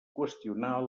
qüestionar